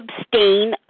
abstain